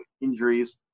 injuries